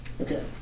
Okay